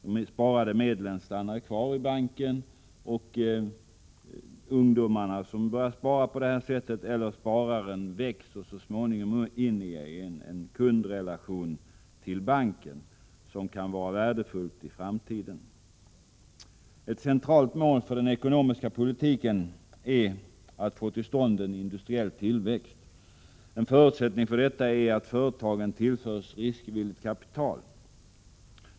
De sparade medlen stannar kvar i banken, och ungdomarna som på här angivet sätt börjat spara växer så småningom in i en kundrelation till banken. Det kan vara värdefullt i framtiden. Ett centralt mål för den ekonomiska politiken är att få till stånd en industriell tillväxt. En förutsättning härför är att företagen tillförs riskvilligt kapital.